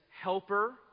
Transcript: Helper